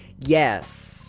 Yes